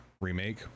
remake